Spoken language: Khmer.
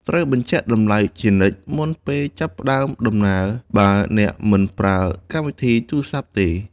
ត្រូវបញ្ជាក់តម្លៃជានិច្ចមុនពេលចាប់ផ្តើមដំណើរ បើអ្នកមិនប្រើកម្មវិធីទូរស័ព្ទទេ។